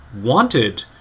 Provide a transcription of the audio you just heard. wanted